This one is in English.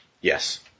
Yes